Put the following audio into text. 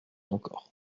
encore